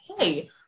hey